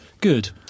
good